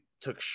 took